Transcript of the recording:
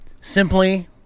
simply